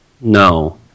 No